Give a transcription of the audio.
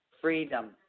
freedom